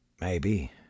Maybe